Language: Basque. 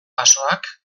basoak